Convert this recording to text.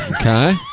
Okay